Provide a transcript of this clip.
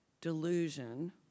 delusion